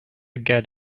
get